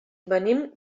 venim